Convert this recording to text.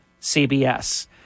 CBS